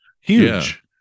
huge